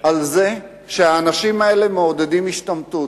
על זה שהאנשים האלה מעודדים השתמטות.